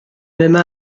même